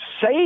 say